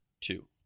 two